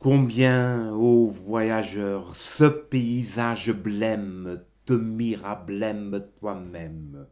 combien ô voyageur ce paysage blême te mira blême toi-même